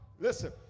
Listen